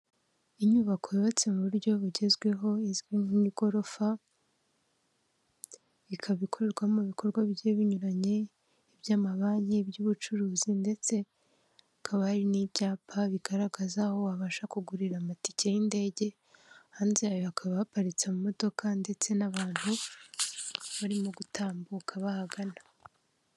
Inyubako yubatse mu buryo bugezweho izwi nk'igorofa, ikaba ikorerwamo ibikorwa bigiye binyuranye, iby'amabanki, iby'ubucuruzi ndetse hakaba hari n'ibyapa bigaragaza aho wabasha kugurira amatike y'indege, hanze yayo habakaba haparitse amamodoka ndetse n'abantu barimo gutambuka bahagana.